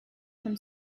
from